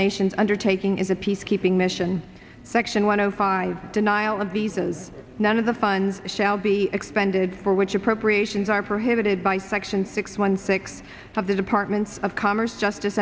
nations undertaking is a peacekeeping mission section one o five denial of these is one of the funds shall be expended for which appropriations are prohibited by section six one six of the departments of commerce justice